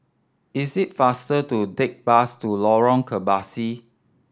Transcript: is it faster to take the bus to Lorong Kebasi